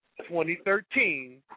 2013